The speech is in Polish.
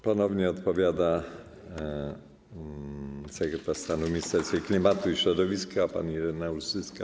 Ponownie odpowiada sekretarz stanu w Ministerstwie Klimatu i Środowiska pan Ireneusz Zyska.